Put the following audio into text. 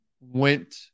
went